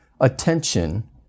attention